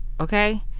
okay